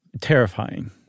terrifying